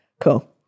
cool